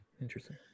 Interesting